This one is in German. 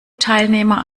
teilnehmer